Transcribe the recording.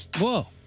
whoa